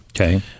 Okay